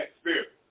spirit